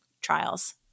trials